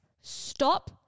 Stop